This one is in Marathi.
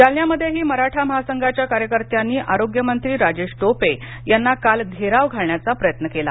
जालन्यामध्येही मराठा महासंघाच्या कार्यकर्त्यांनी आरोग्यमंत्री राजेश टोपे यांना काल घेराव घालण्याचा प्रयत्न केला